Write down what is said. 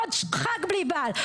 עוד חג בלי בעל,